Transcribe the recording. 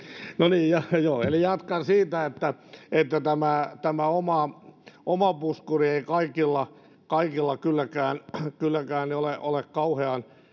no niin eli jatkan siitä että että tämä tämä oma oma puskuri ei kaikilla kaikilla kylläkään kylläkään ole ole kauhean